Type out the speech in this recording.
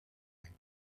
lives